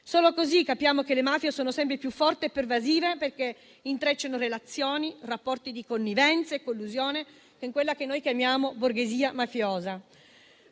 Solo così capiamo che le mafie sono sempre più forti e pervasive, perché intrecciano relazioni, rapporti di connivenza e collusione con quella che noi chiamiamo borghesia mafiosa.